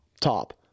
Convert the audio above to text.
top